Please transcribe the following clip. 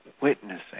witnessing